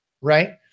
right